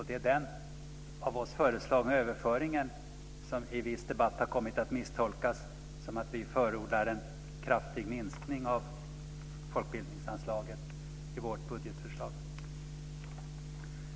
Det är den av oss föreslagna överföringen som i viss debatt kommit att misstolkas som att vi förordar en kraftig minskning av folkbildningsanslaget i vårt budgetförslag.